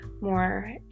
more